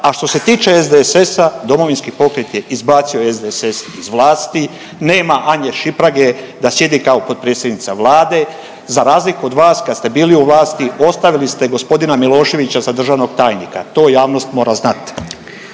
a što se tiče SDSS-a, Domovinski pokret je izbacio SDSS iz vlasti, nema Anje Šimprage da sjedi kao potpredsjednica Vlade, za razliku od vas kad ste bili u vlasti ostavili ste gospodina Miloševića za državnog tajnika, to javnost mora znat.